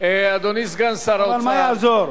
והשר יוסי פלד,